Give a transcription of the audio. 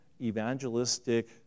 evangelistic